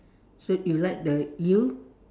so you like the eel